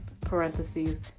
parentheses